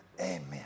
Amen